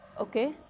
okay